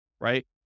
right